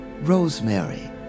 rosemary